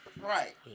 Right